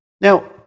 Now